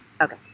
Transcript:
Okay